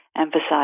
emphasize